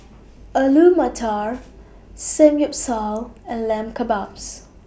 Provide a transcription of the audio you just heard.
Alu Matar Samgyeopsal and Lamb Kebabs